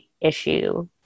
issue